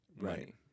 Right